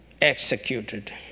executed